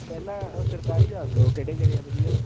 ਪਹਿਲਾਂ ਸਰਕਾਰੀ ਦੱਸ ਦੋ ਕਿਹੜੇ ਕਿਹੜੇ ਆ ਵਧੀਆ